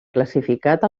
classificat